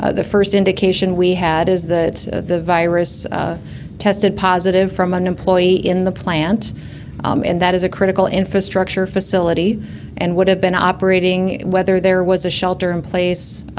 ah the first indication we had is that the virus tested positive from an employee in the plant um and that is a critical infrastructure facility and would have been operating whether there was a shelter in place,